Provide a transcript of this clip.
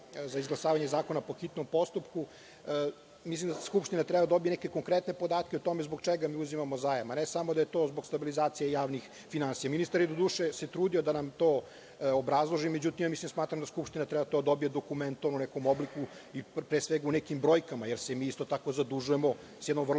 za izglasavanje zakona po hitnom postupku, mislim da Skupština treba da dobije konkretne podatke o tome zbog čega uzimamo zajam, a ne samo da je to zbog stabilizacije javnih finansija. Ministar se trudio da nam to obrazloži, međutim smatram da Skupština to treba da dobije dokumentovano i pre svega u nekim brojkama, jer se mi isto tako zadužujemo sa jednom vrlo